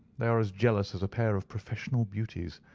they are as jealous as a pair of professional beauties.